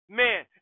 man